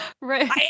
Right